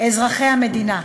אזרחי המדינה.